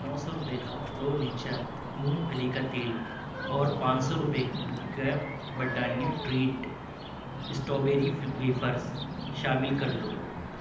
نو سو روپے کا پرو نیچر مونگ پھلی کا تیل اور پانچ سو روپے کے Britannia treat strawberry wafers شامل کر لو